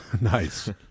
Nice